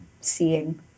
seeing